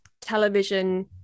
television